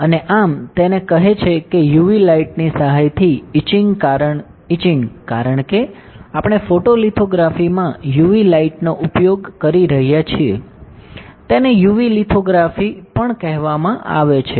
અને આમ તેને કહે છે કે યુવી લાઇટની સહાયથી એચિંગ કારણ કે આપણે ફોટોલિથોગ્રાફીમાં યુવી લાઇટનો ઉપયોગ કરી રહ્યા છીએ તેને યુવી લિથોગ્રાફી પણ કહેવામાં આવે છે